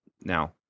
now